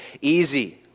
easy